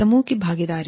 समूह की भागीदारी